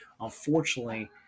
Unfortunately